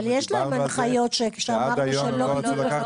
יש להם הנחיות שכשאמרנו שלא רוצים --- כי בפעם